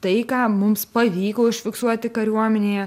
tai ką mums pavyko užfiksuoti kariuomenėje